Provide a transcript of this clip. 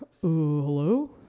hello